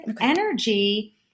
energy